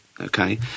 Okay